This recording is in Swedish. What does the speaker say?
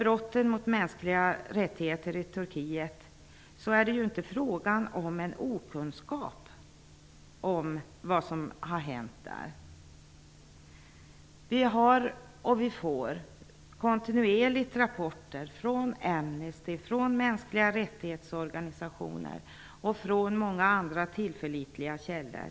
Brotten mot mänskliga rättigheter i Turkiet är inte fråga om en okunskap om vad som där har hänt. Vi har fått och vi får kontinuerligt rapporter från Amnesty, mänskliga-rättighets-organisationer och många andra tillförlitliga källor.